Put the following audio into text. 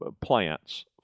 plants